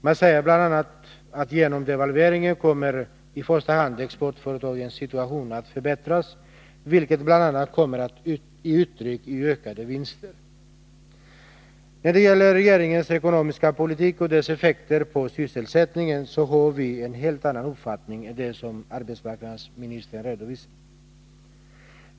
Man säger bl.a. att genom devalveringen kommer i första hand exportföretagens situation att förbättras, vilket kommer till uttryck bl.a. i ökade vinster. När det gäller regeringens ekonomiska politik och dess effekter på sysselsättningen har vi en helt annan uppfattning än den som arbetsmarknadsministern redovisar.